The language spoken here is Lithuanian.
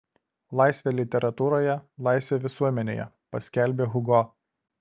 laisvė literatūroje laisvė visuomenėje paskelbė hugo